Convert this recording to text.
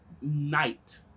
Night